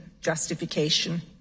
justification